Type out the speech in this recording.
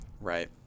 right